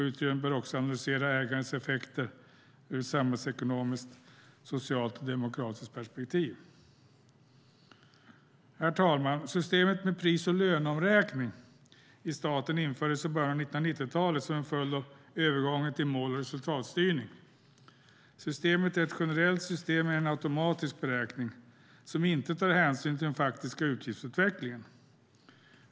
Utredningen bör också analysera ägandets effekter ur ett samhällsekonomiskt, socialt och demokratiskt perspektiv. Herr talman! Systemet med pris och löneomräkning i staten infördes i början av 1990-talet som en följd av övergången till mål och resultatstyrning. Systemet är ett generellt system med en automatisk beräkning som inte tar hänsyn till den faktiska utgiftsutvecklingen.